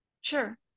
Sure